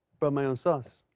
but my own sauce.